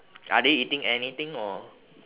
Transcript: are they eating anything or